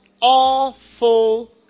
awful